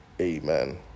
Amen